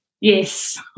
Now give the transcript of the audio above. Yes